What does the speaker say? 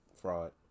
fraud